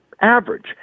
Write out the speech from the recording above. average